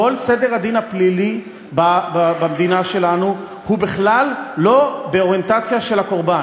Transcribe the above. כל סדר הדין הפלילי במדינה שלנו הוא בכלל לא באוריינטציה של הקורבן.